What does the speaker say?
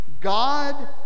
God